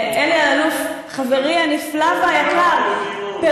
אלי אלאלוף, חברי הנפלא והיקר, קיימנו דיון.